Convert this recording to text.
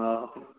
ହଉ